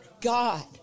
God